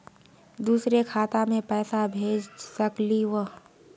दुसरे खाता मैं पैसा भेज सकलीवह?